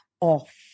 off